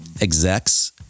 execs